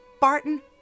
Barton